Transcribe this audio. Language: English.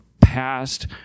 past